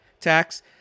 tax